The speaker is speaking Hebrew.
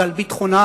ועל ביטחונה,